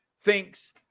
thinks